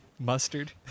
mustard